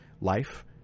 life